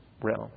realm